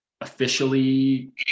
officially